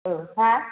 औ हा